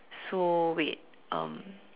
so wait um